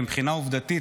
אבל מבחינה עובדתית,